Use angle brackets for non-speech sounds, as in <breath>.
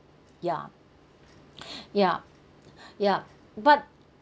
yeah <breath> yeah yup but